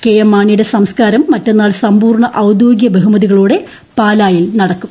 K M മാണിയുടെ സംസ്കാരം മറ്റെന്നാൾ സമ്പൂർണ ഔദ്യോഗിക ബഹുമതികളോടെ പാലായിൽ നടക്കും